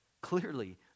Clearly